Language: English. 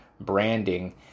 branding